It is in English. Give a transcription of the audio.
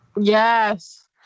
yes